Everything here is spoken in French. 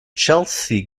chelsea